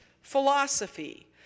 philosophy